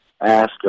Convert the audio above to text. ask